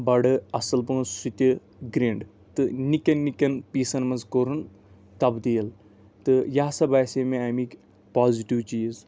بڈٕ اصل پہم سُہ تہِ گرِنٛڈ تہٕ نِکٮ۪ن نِکٮ۪ن پیٖسن منٛز کوٚرُن تبدیٖل تہٕ یہِ ہسا باسے مےٚ أمِکۍ پازِٹِو چیٖز